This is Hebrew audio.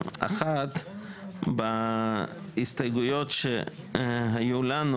אחד בהסתייגויות שהיו לנו,